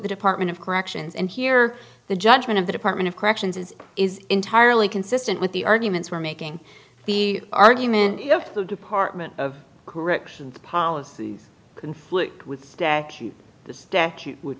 the department of corrections and here the judgment of the department of corrections is is entirely consistent with the arguments we're making the argument if the department of corrections policy conflict with stack the statute